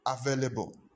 available